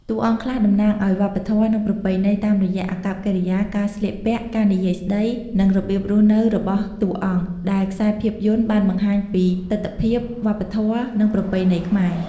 តួអង្គខ្លះតំណាងអោយវប្បធម៌ និងប្រពៃណីតាមរយៈអាកប្បកិរិយា ការស្លៀកពាក់ ការនិយាយស្ដី និងរបៀបរស់នៅរបស់តួអង្គ ដែរខ្សែភាពយន្តបានបង្ហាញពីទិដ្ឋភាព វប្បធម៌ និងប្រពៃណីខ្មែរ។